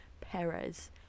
Perez